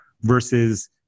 versus